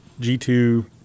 G2